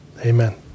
Amen